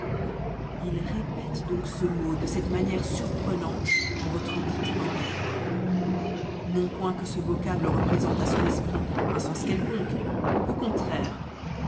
il répète donc ce mot de cette manière surprenante en votre dite oreille non point que ce vocable représente à son esprit un sens quelconque au contraire